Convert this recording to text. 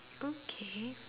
okay